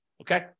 Okay